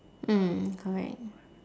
mm correct